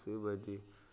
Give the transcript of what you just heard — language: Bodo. गोसोबादि